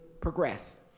progress